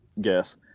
guess